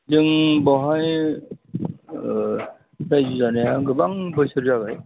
जों बेवहाय रायजो जानाया गोबां बोसोर जाबाय